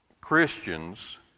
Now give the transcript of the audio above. Christians